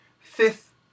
Fifth